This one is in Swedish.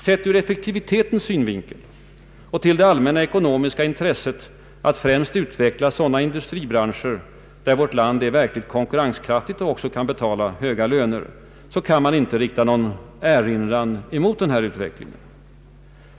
Sett ur effektivitetens synvinkel och med hänsyn till det allmänna ekonomiska intresset att främst utveckla sådana industribranscher där vårt land är konkurrenskraftigt och kan betala höga löner, kan man inte rikta någon erinran mot en sådan utveckling.